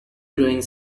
growing